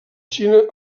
xina